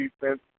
defense